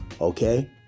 okay